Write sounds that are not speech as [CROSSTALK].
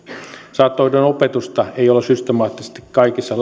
saattohoidon opetusta ei ole systemaattisesti kaikissa [UNINTELLIGIBLE]